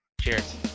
Cheers